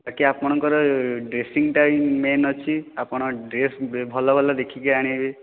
ଏଠି ଆପଣଙ୍କର ଡ୍ରେସିଙ୍ଗ ଟା ମେନ ଅଛି ଆପଣ ଡ୍ରେସ୍ ଭଲ ଭଲ ଦେଖିକି ଆଣିବେ